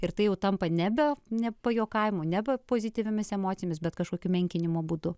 ir tai jau tampa nebe ne pajuokavimu neva pozityviomis emocijomis bet kažkokiu menkinimo būdu